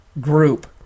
group